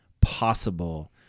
possible